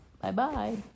Bye-bye